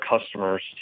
customers